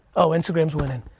oh, instragram's winning.